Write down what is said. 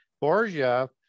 borgia